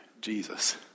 Jesus